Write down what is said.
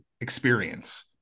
experience